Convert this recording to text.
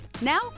Now